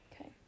Okay